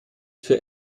für